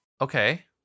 Okay